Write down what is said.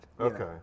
okay